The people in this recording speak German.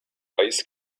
weiß